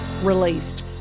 released